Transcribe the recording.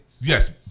yes